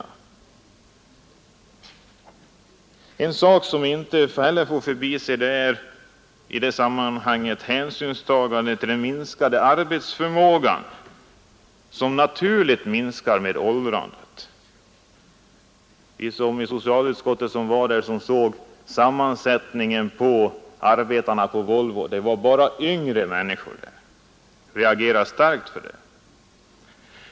En annan sak som inte får förbises i sammanhanget är hänsynstagande till att arbetsförmågan naturligen minskar med åldrandet. Vi i socialutskottet som såg sammansättningen av arbetarstyrkan på Volvo kunde konstatera att det var bara yngre människor där. Jag reagerar starkt emot detta.